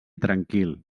tranquil